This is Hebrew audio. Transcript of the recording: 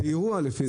אירוע לפי דעתי.